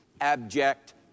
abject